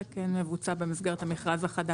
זה כן מבוצע במסגרת המכרז החדש.